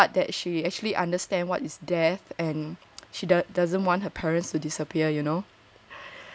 then ya then it warms my heart that she actually understand what is death and she doesn't want her parents to disappear you know